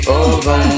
over